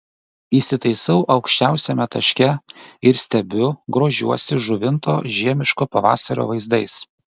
įsitaisau aukščiausiame taške ir stebiu grožiuosi žuvinto žiemiško pavasario vaizdais